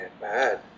bad